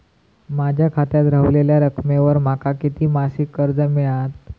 माझ्या खात्यात रव्हलेल्या रकमेवर माका किती मासिक कर्ज मिळात?